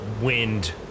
wind